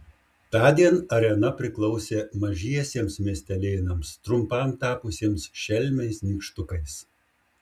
tądien arena priklausė mažiesiems miestelėnams trumpam tapusiems šelmiais nykštukais